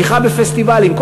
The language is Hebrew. תמיכה בפסטיבלים.